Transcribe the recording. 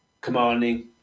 commanding